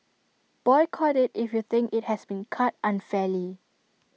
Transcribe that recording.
boycott IT if you think IT has been cut unfairly